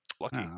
Lucky